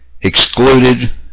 excluded